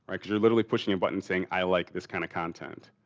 because you're literally pushing a button saying i like this kind of content.